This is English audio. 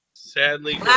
Sadly